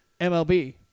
MLB